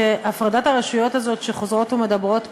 שהפרדת הרשויות הזאת שחוזרות ומדברות בה,